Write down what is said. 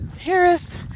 Harris